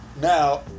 Now